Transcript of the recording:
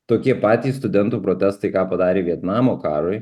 tokie patys studentų protestai ką padarė vietnamo karui